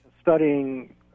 studying